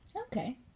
Okay